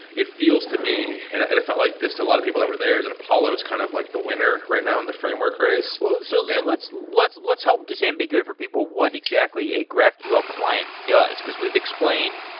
it feels to me and and it felt like this to a lot of people that were there, that apollo is kind of like the winner right now in the framework race well, so yeah let's let's help disambiguate for people what exactly a graphql client does. because we've explained,